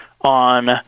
on